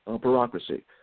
bureaucracy